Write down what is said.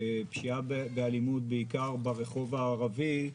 בעיקר ברחוב הערבי,